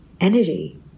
energy